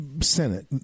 Senate